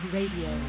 Radio